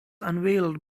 unveiled